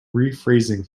rephrasing